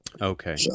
okay